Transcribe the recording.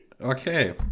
Okay